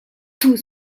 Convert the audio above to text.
tout